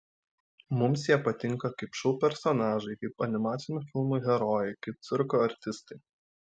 mums jie patinka kaip šou personažai kaip animacinių filmų herojai kaip cirko artistai